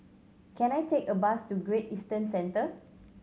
can I take a bus to Great Eastern Center